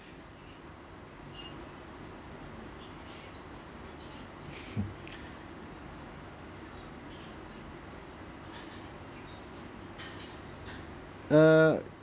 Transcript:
hmm err